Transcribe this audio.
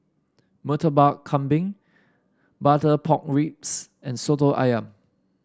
Murtabak Kambing Butter Pork Ribs and Soto ayam